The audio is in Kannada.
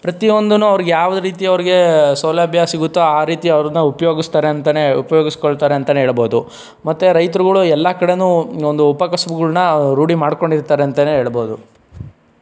ಪ್ರತಿ ಒಂದನ್ನೂ ಅವರಿಗೆ ಯಾವ ರೀತಿ ಅವರಿಗೆ ಸೌಲಭ್ಯ ಸಿಗುತ್ತೋ ಆ ರೀತಿ ಅವ್ರನ್ನ ಉಪಯೋಗಿಸ್ತಾರೆ ಅಂತಲೇ ಹೇ ಉಪಯೋಗಿಸ್ಕೊಳ್ತಾರೆ ಅಂತಲೇ ಹೇಳ್ಬಹುದು ಮತ್ತು ರೈತರುಗಳು ಎಲ್ಲ ಕಡೆಯೂ ಒಂದು ಉಪಕಸಬುಗಳನ್ನ ರೂಢಿ ಮಾಡ್ಕೊಂಡಿರ್ತಾರೆ ಅಂತಲೇ ಹೇಳ್ಬಹುದು